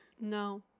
No